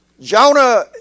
Jonah